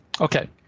Okay